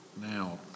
Now